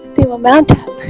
they will mount